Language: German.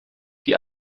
die